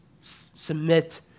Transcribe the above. submit